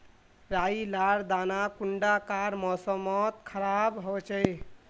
राई लार दाना कुंडा कार मौसम मोत खराब होचए?